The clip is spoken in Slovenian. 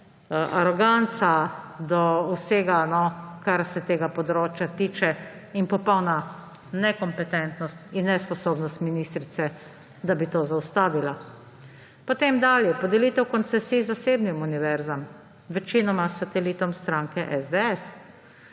aroganca do vsega, kar se tega področja tiče, in popolna nekompetentnost in nesposobnost ministrice, da bi to zaustavila. Potem dalje. Podelitev koncesij zasebnim univerzam, večinoma satelitom stranke SDS.